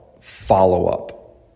follow-up